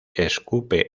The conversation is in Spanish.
escupe